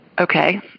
Okay